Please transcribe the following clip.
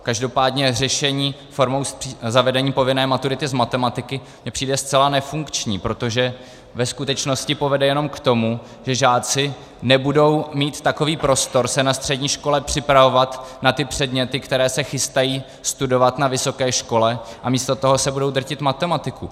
Každopádně řešení formou zavedení povinné maturity z matematiky mi přijde zcela nefunkční, protože ve skutečnosti povede jenom k tomu, že žáci nebudou mít takový prostor se na střední škole připravovat na ty předměty, které se chystají studovat na vysoké škole, a místo toho se budou drtit matematiku.